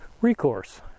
recourse